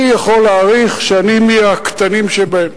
אני יכול להעריך שאני מהקטנים שבהם.